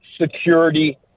security